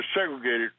segregated